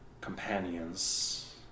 companions